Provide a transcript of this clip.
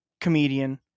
comedian